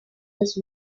his